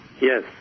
Yes